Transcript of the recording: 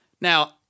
Now